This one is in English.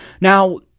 Now